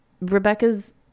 Rebecca's